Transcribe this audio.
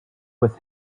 with